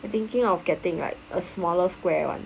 I thinking of getting like a smaller square one